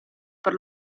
per